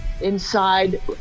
inside